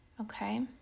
okay